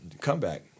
comeback